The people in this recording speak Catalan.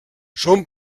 són